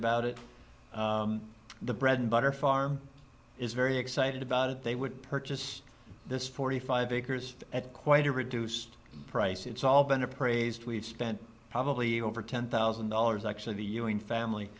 about it the bread and butter farm is very excited about it they would purchase this forty five acres at quite a reduced price it's all been appraised we've spent probably over ten thousand dollars actually the ewing family